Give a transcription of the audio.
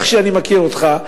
איך שאני מכיר אותך,